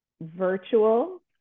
virtual